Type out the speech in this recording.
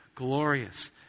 glorious